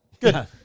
Good